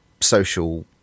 social